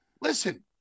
listen